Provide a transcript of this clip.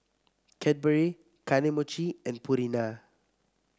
Cadbury Kane Mochi and Purina